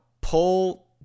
pull